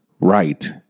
right